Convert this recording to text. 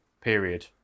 period